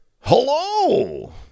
Hello